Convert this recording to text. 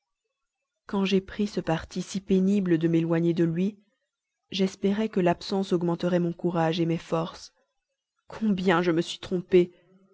quand j'ai pris ce parti si pénible de m'éloigner de lui j'espérais que l'absence augmenterait mon courage mes forces combien je me suis trompée